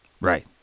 Right